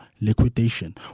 liquidation